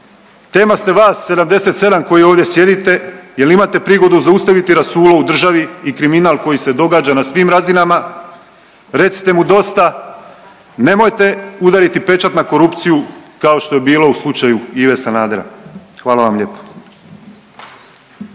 Tema ste vas 77 koji ovdje sjedite jer imate prigodu zaustaviti rasulo u državi i kriminal koji se događa na svim razinama recite mu dosta. Nemojte udariti pečat na korupciju kao što je bilo u slučaju Ive Sanadera. Hvala vam lijepo.